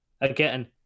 again